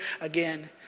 again